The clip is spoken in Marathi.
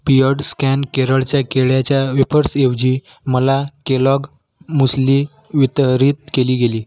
बियाँड स्कॅन केरळच्या केळ्याच्या वेफर्सऐवजी मला केलॉग मुसली वितरित केली गेली